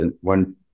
one